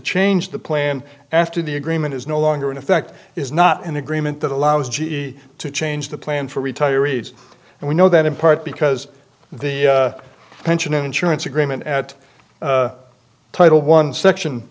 change the plan after the agreement is no longer in effect is not an agreement that allows g e to change the plan for retirees and we know that in part because the pension insurance agreement at title one section